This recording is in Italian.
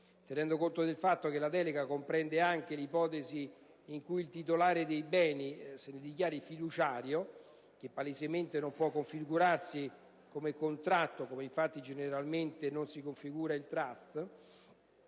Tenendo conto del fatto che la delega comprende anche l'ipotesi in cui il titolare dei beni se ne dichiari fiduciario, e palesemente non può configurarsi come contratto, come infatti generalmente non si configura il *trust,*